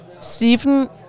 Stephen